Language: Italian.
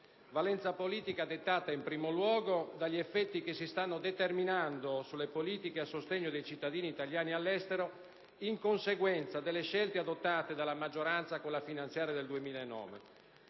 valenza politica dettata, in primo luogo, dagli effetti che si stanno determinando sulle politiche a sostegno dei cittadini italiani all'estero in conseguenza delle scelte adottate dalla maggioranza con la finanziaria del 2009.